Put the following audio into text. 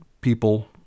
people